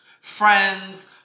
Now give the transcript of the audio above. friends